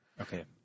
Okay